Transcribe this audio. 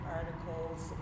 articles